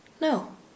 No